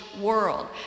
world